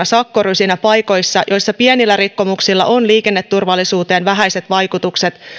sakkorysinä paikoissa joissa pienillä rikkomuksilla on liikenneturvallisuuteen vähäiset vaikutukset